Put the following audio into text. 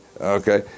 Okay